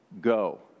go